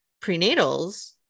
prenatals